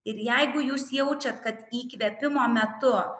ir jeigu jūs jaučiat kad įkvėpimo metu